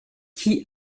qui